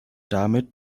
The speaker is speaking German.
damit